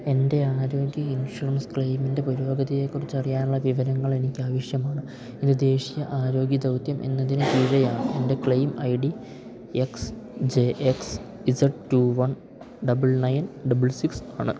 എൻ്റെ ആരോഗ്യ ഇൻഷുറൻസ് ക്ലെയിമിൻ്റെ പുരോഗതിയെക്കുറിച്ച് അറിയാനുള്ള വിവരങ്ങളെനിക്ക് ആവശ്യമാണ് ഇത് ദേശീയ ആരോഗ്യ ദൗത്യം എന്നതിന് കീഴെയാണ് എൻ്റെ claim I D X J X Z two one double nine double six ആണ്